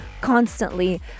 constantly